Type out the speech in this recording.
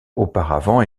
auparavant